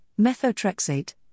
methotrexate